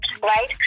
right